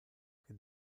che